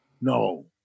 No